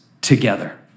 together